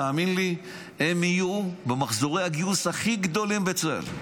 תאמין לי שהם יהיו במחזורי הגיוס הכי גדולים בצה"ל.